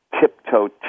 tiptoe